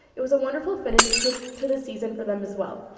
it was a wonderful finish to the season for them as well.